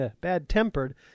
bad-tempered